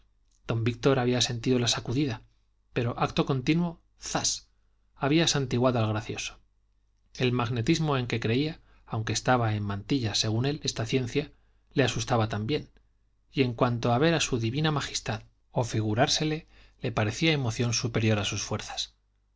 don víctor había sentido la sacudida pero acto continuo zas había santiguado al gracioso el magnetismo en que creía aunque estaba en mantillas según él esta ciencia le asustaba también y en cuanto a ver a su divina majestad o figurársele le parecía emoción superior a sus fuerzas